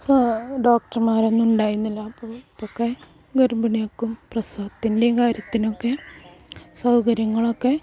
സാ ഡോക്ടർമാരൊന്നും ഉണ്ടായിരുന്നില്ല അപ്പോൾ അപ്പോൾ ഒക്കെ ഗർഭിണികൾക്കും പ്രസവത്തിൻ്റെ കാര്യത്തിനൊക്കെ സൗകര്യങ്ങളൊക്കെ